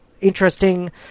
interesting